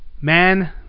man